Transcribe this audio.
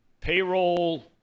payroll